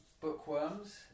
bookworms